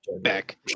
back